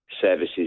services